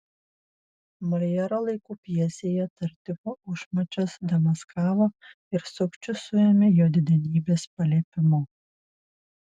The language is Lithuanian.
moljero laikų pjesėje tartiufo užmačias demaskavo ir sukčių suėmė jo didenybės paliepimu